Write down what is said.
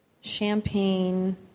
Champagne